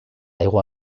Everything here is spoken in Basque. hego